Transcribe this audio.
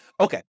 Okay